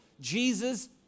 Jesus